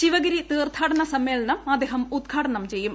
ശിവഗിരി തീർത്ഥാടന സമ്മേളനം അദ്ദേഹം ഉദ്ഘാടനം ചെയ്യും